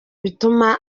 bituma